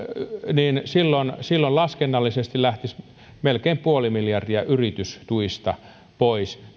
niin silloin silloin laskennallisesti lähtisi melkein puoli miljardia yritystuista pois